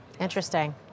Interesting